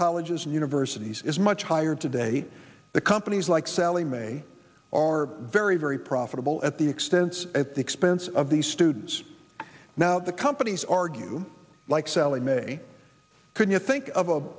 universities is much higher today the companies like sallie mae are very very profitable at the expense at the expense of these students now the companies argue like sallie mae can you think of a